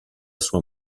sua